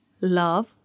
love